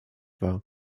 war